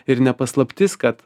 ir ne paslaptis kad